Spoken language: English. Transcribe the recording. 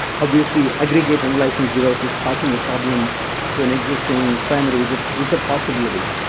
obviously, aggregated unlicensed devices causing a problem to an existing parameter is ah is a possibility.